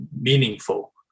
meaningful